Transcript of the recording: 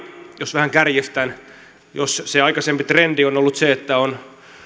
jos vähän kärjistän niin jos se aikaisempi trendi on ollut se että on